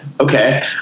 Okay